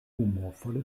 humorvolle